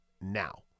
now